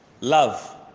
Love